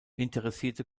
interessierte